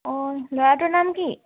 অঁ ল'ৰাটোৰ নাম কি